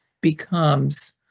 becomes